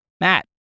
Matt